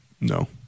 No